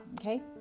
Okay